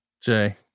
Jay